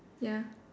ya